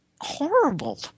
horrible